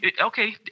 Okay